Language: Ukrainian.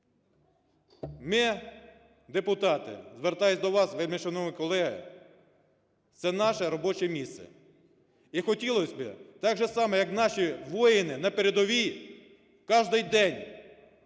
ми – депутати, звертаюсь до вас, вельмишановні колеги, це наше робоче місце. І хотілось би, так же само, як наші воїни на передовій, кожний день,